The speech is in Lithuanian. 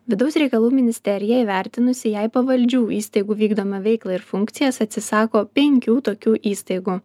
vidaus reikalų ministerija įvertinusi jai pavaldžių įstaigų vykdomą veiklą ir funkcijas atsisako penkių tokių įstaigų